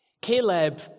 Caleb